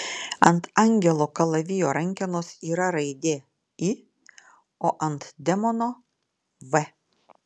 ant angelo kalavijo rankenos yra raidė i o ant demono v